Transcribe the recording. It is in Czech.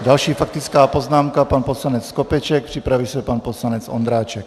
Další faktická poznámka, pan poslanec Skopeček, připraví se pan poslanec Ondráček.